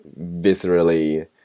viscerally